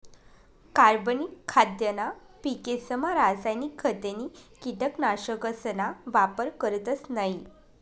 कार्बनिक खाद्यना पिकेसमा रासायनिक खते नी कीटकनाशकसना वापर करतस नयी